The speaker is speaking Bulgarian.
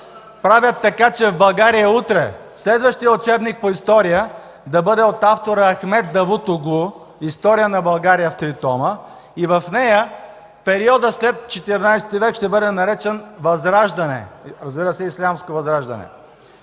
правят така, че в България утре – следващият учебник по история, да бъде от автора Ахмед Давутоглу „История на България” в три тома, и в нея периодът след ХІV век ще бъде наречен „Възраждане” – разбира се, ислямско възраждане.